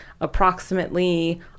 approximately